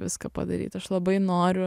viską padaryt aš labai noriu